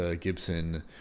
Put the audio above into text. Gibson